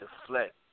deflect